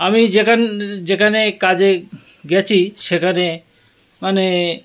আমি যেখান যেখানে কাজে গিয়েছি সেখানে মানে